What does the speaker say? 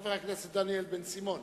חבר הכנסת דניאל בן-סימון.